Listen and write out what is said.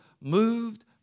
moved